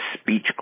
speech